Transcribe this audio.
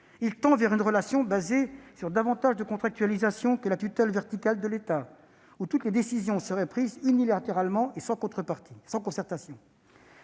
Il tend vers une relation basée sur davantage de contractualisation que la tutelle verticale de l'État, laquelle implique que toutes les décisions soient prises unilatéralement et sans concertation.